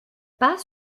pas